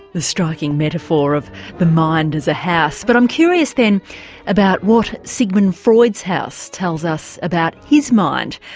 the striking metaphor of the mind as a house. but i'm curious then about what sigmund freud's house tells us about his mind?